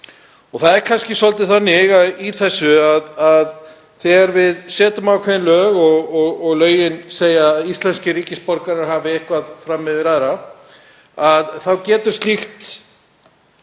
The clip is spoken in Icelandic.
Það er kannski svolítið þannig í þessu að þegar við setjum ákveðin lög og lögin segja að íslenskir ríkisborgarar hafi eitthvað fram yfir aðra þá getur slíkt